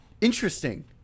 Interesting